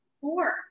four